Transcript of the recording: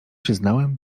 przyznałem